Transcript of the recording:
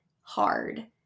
hard